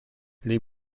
les